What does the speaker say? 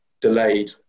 delayed